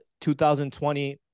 2020